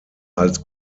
als